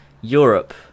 Europe